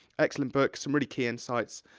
excellent book, some really key insights.